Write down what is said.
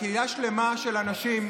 לקהילה שלמה של אנשים: